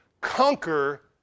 conquer